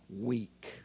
Weak